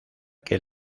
que